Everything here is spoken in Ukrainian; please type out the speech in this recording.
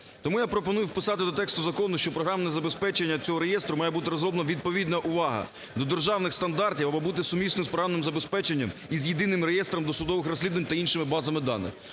Тому я пропоную вписати до тексту закону, що програмне забезпечення цього реєстру має бути розроблено відповідно (увага!) до державних стандартів або бути сумісно з програмним забезпеченням і з єдиним реєстром досудових розслідувань та іншими базами даних.